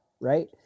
right